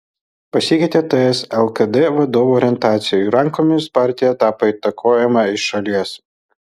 pasikeitė ts lkd vadovų orientacija jų rankomis partija tapo įtakojama iš šalies